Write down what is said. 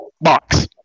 box